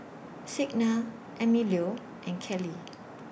Signa Emilio and Kelli